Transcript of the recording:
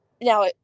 now